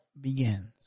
begins